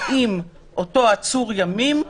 אם אותו עצור ימים,